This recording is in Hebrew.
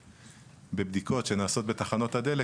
בבדיקות שנעשות בתחנות הדלק,